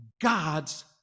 God's